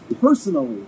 personally